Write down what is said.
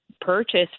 purchase